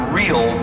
real